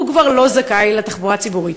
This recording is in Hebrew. הם כבר לא זכאים לתחבורה ציבורית.